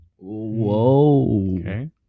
Whoa